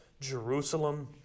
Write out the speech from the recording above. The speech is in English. Jerusalem